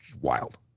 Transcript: wild